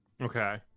Okay